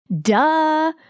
Duh